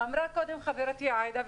אמרה קודם חברתי עאידה,